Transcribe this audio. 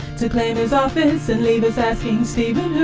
to claim his office and leave us asking stephen